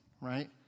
Right